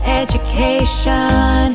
education